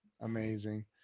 amazing